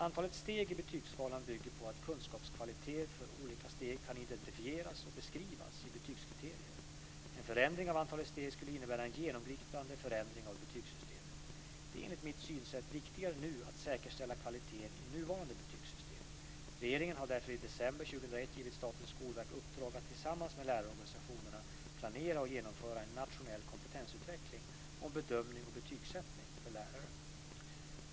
Antalet steg i betygsskalan bygger på att kunskapskvaliteter för olika steg kan identifieras och beskrivas i betygskriterier. En förändring av antalet steg skulle innebära en genomgripande förändring av betygssystemet. Det är enligt mitt synsätt viktigare nu att säkerställa kvaliteten i nuvarande betygssystem. Regeringen har därför i december 2001 givit Statens skolverk uppdraget att tillsammans med lärarorganisationerna, planera och genomföra en nationell kompetensutveckling om bedömning och betygssättning för lärare.